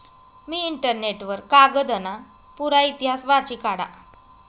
मी internet वर कागदना पुरा इतिहास वाची काढा